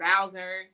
Bowser